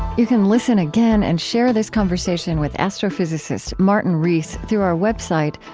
you can listen again and share this conversation with astrophysicist martin rees through our website,